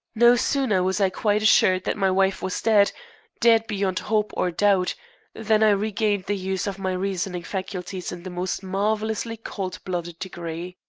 no sooner was i quite assured that my wife was dead dead beyond hope or doubt than i regained the use of my reasoning faculties in the most marvellously cold-blooded degree.